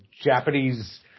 Japanese